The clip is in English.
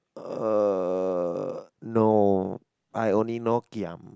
uh no I only know giam